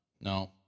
no